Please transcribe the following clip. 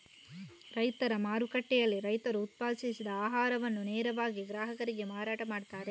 ರೈತರ ಮಾರುಕಟ್ಟೆಯಲ್ಲಿ ರೈತರು ಉತ್ಪಾದಿಸಿದ ಆಹಾರವನ್ನ ನೇರವಾಗಿ ಗ್ರಾಹಕರಿಗೆ ಮಾರಾಟ ಮಾಡ್ತಾರೆ